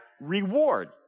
reward